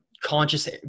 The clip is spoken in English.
conscious